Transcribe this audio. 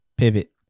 Pivot